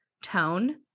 tone